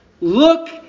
look